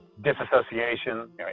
Disassociation